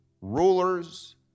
rulers